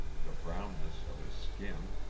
the brownness of his skin.